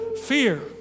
fear